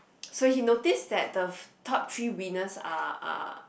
so he notice that the top three winners are are